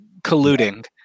Colluding